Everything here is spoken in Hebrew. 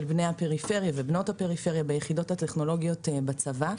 בני ובנות הפריפריה ביחידות הטכנולוגיות בצבא.